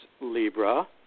Libra